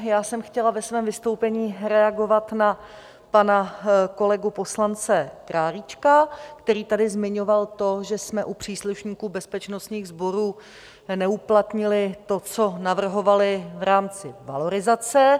Já jsem chtěla ve svém vystoupení reagovat na pana kolegu poslance Králíčka, který tady zmiňoval to, že jsme u příslušníků bezpečnostních sborů neuplatnili to, co navrhovali v rámci valorizace.